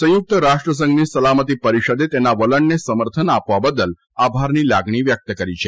સંયુકત રાષ્ટ્રસંઘની સલામતિ પરિષદે તેના વલણને સમર્થન આપવા બદલ આભારની લાગણી વ્યકત કરી છે